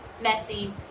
messy